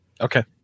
Okay